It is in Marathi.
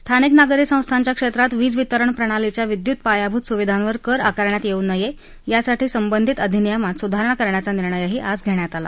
स्थानिक नागरी संस्थांच्या क्षेत्रात वीज वितरण प्रणालीच्या विद्युत पायाभूत सुविधांवर कर आकारण्यात येऊ नये यासाठी संबंधित अधिनियमांत सुधारणा करण्याचा निर्णयही आज घेण्यात आला